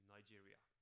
Nigeria